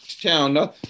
town